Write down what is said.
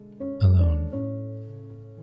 alone